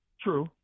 True